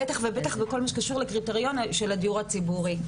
בטח ובטח בכל מה שקשור לקריטריון של הדיור הציבורי.